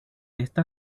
esta